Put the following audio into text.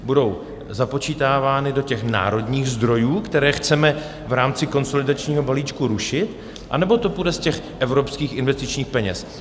Budou započítávány do národních zdrojů, které chceme v rámci konsolidačního balíčku rušit, anebo to půjde z evropských investičních peněz?